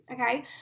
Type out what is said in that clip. okay